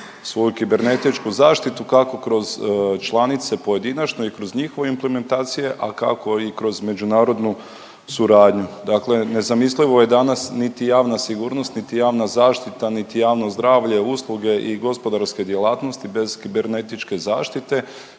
svoju kibernetičku zaštitu, kako kroz članice pojedinačno i kroz njihove implementacije, a kako i kroz međunarodnu suradnju. Dakle nezamislivo je danas niti javna sigurnost niti javna zaštita niti javno zdravlje, usluge i gospodarske djelatnosti bez kibernetičke zaštite